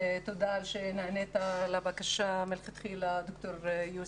תודה שנענית לבקשה מלכתחילה, ד"ר יוסף.